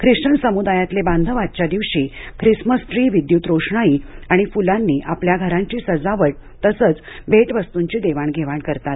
Christian समुदायातले बांधव आजच्या दिवशी ख्रिसमस ट्री विद्युत रोषणाई आणि फुलांनी आपली घरांची सजावट तसंच भेटवस्तूंची देवाणघेवाण करतात